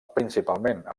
principalment